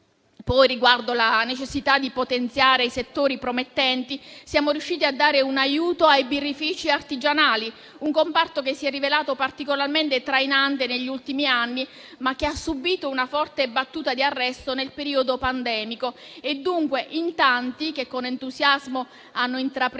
Riguardo la necessità di potenziare i settori promettenti, siamo riusciti a dare un aiuto ai birrifici artigianali, un comparto che si è rivelato particolarmente trainante negli ultimi anni, ma che ha subito una forte battuta di arresto nel periodo pandemico. Tanti, che con entusiasmo hanno intrapreso